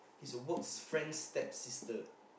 his work's friend's stepsister